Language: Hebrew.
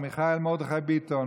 מיכאל מרדכי ביטון,